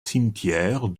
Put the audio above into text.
cimetière